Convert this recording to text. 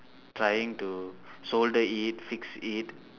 trying to solder it fix it